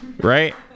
right